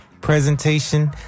presentation